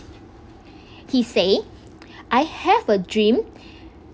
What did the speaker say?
he say I have a dream